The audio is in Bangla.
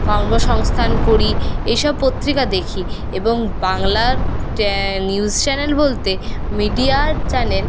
কর্মসংস্থান পড়ি এই সব পত্রিকা দেখি এবং বাংলার ট্যা নিউস চ্যানেল বলতে মিডিয়ার চ্যানেল